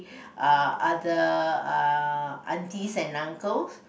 uh other uh aunties and uncles